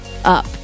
up